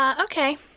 Okay